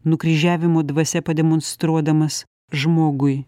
nukryžiavimų dvasia pademonstruodamas žmogui